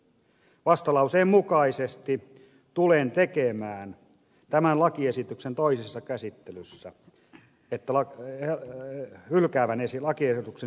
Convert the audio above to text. vastalauseen mukaisesti tulen tekemään tämän lakiesityksen toisessa käsittelyssä lakiehdotuksen